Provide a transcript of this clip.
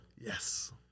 Yes